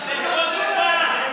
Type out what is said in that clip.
אתה חתום עליה,